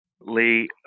Lee